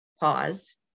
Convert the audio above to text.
Pause